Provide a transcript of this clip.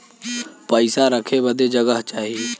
पइसा रखे बदे जगह चाही